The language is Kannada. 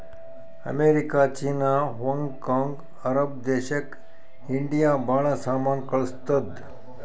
America, China, Hong Kong, Arab ದೇಶಕ್ ಇಂಡಿಯಾ ಭಾಳ ಸಾಮಾನ್ ಕಳ್ಸುತ್ತುದ್